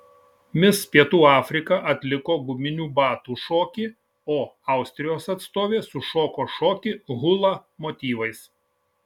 mis pietų afrika atliko guminių batų šokį o austrijos atstovė sušoko šokį hula motyvais